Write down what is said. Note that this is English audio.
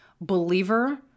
believer